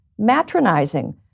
matronizing